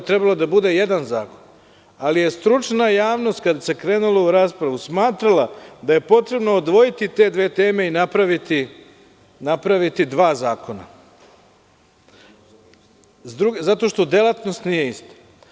Trebalo je da bude jedan zakon, ali je stručna javnost, kada se krenulo u raspravu, smatrala da je potrebno odvojiti te dve teme i napraviti dva zakona, zato što delatnost nije ista.